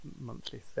monthly